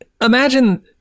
imagine